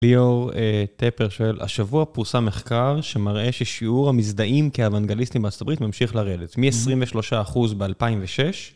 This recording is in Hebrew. ליאור טפר שואל, השבוע פורסם מחקר שמראה ששיעור המזדהים כאוונגליסטים בארה״ב ממשיך לרדת, מ-23 אחוז ב-2006.